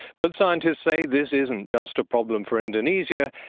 but scientists say this isn't just a problem for indonesia,